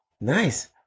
Nice